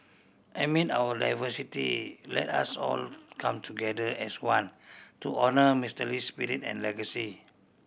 amid our diversity let us all come together as one to honour Mister Lee's spirit and legacy